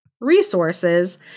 resources